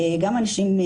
גם על אנשים,